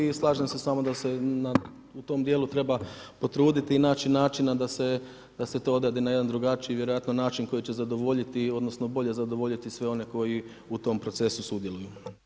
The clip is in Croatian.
I slažem se s vama da se u tom djelu treba potruditi i naći načina da se to odradi na jedan drugačiji vjerojatno način koji će zadovoljiti, odnosno bolje zadovoljiti sve one koji u tom procesu sudjeluju.